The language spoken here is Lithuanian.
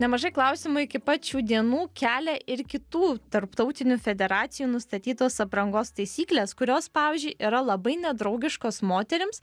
nemažai klausimų iki pat šių dienų kelia ir kitų tarptautinių federacijų nustatytos aprangos taisyklės kurios pavyzdžiui yra labai nedraugiškos moterims